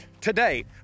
today